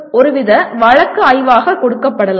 இது ஒருவித வழக்கு ஆய்வாக கொடுக்கப்படலாம்